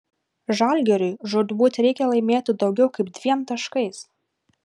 žalgiriui žūtbūt reikia laimėti daugiau kaip dviem taškais